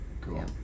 Cool